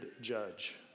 judge